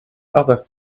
other